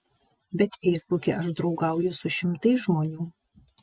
bet feisbuke aš draugauju su šimtais žmonių